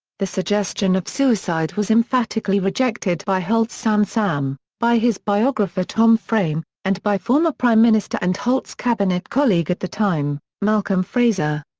the suggestion of suicide was emphatically rejected by holt's son sam, by his biographer tom frame, and by former prime minister and holt's cabinet colleague at the time, malcolm fraser.